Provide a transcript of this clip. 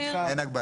מתחם?